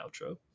outro